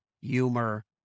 humor